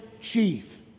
chief